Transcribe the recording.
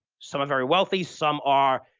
some are very wealthy. some are